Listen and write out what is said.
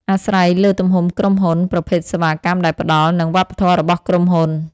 អាស្រ័យលើទំហំក្រុមហ៊ុន ប្រភេទសេវាកម្មដែលផ្ដល់ និងវប្បធម៌របស់ក្រុមហ៊ុន។